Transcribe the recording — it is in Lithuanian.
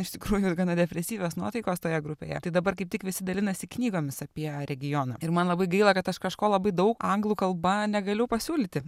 iš tikrųjų gana depresyvios nuotaikos toje grupėje tai dabar kaip tik visi dalinasi knygomis apie regioną ir man labai gaila kad aš kažko labai daug anglų kalba negaliu pasiūlyti